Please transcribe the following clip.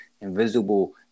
Invisible